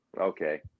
Okay